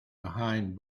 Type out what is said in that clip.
behind